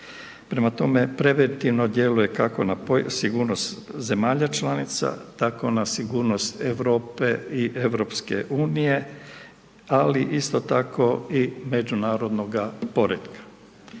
Prema tome preventivno djeluje kako na sigurnost zemalja članica, tako na sigurnost Europe i EU, ali isto tako i međunarodnoga poretka.